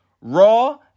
Raw